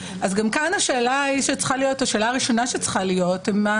גם כאן השאלה הראשונה שצריכה להיות היא,